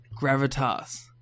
gravitas